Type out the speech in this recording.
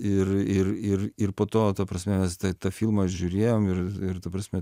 ir ir ir ir po to ta prasme mes tą tą filmą žiūrėjom ir ir ta prasme